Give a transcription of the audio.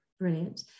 Brilliant